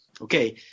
okay